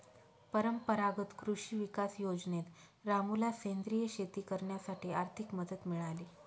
परंपरागत कृषी विकास योजनेत रामूला सेंद्रिय शेती करण्यासाठी आर्थिक मदत मिळाली